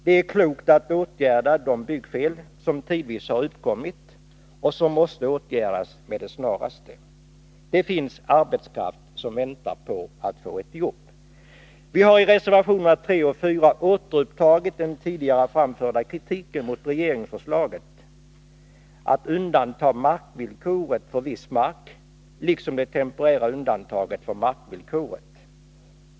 Det är klokt att åtgärda de byggfel som tidvis har uppkommit och som måste åtgärdas med det snaraste. Det finns arbetskraft som väntar på att få ett jobb. Vi har i reservationerna 3 och 4 återupptagit den tidigare framförda kritiken mot regeringsförslaget att undanta markvillkoret för viss mark liksom det temporära undantaget från markvillkoret.